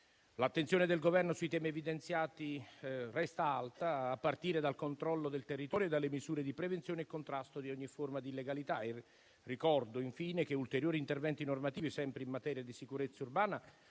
L'attenzione del Governo sui temi evidenziati resta alta, a partire dal controllo del territorio e dalle misure di prevenzione e contrasto di ogni forma di illegalità. Ricordo infine che ulteriori interventi normativi, sempre in materia di sicurezza urbana,